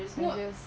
measures